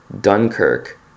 Dunkirk